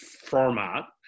format